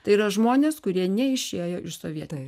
tai yra žmonės kurie neišėjo iš sovietmečio